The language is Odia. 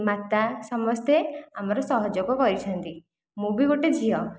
ମାତା ସମସ୍ତେ ଆମର ସହଯୋଗ କରିଛନ୍ତି ମୁଁ ବି ଗୋଟିଏ ଝିଅ